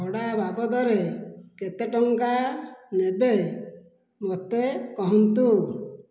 ଭଡ଼ା ବାବଦରେ କେତେଟଙ୍କା ନେବେ ମୋତେ କୁହନ୍ତୁ